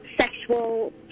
sexual